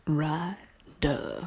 rider